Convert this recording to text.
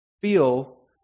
feel